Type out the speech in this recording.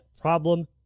problem